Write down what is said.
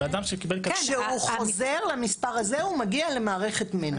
כשהוא חוזר למספר הזה הוא מגיע למערכת מנ"ע.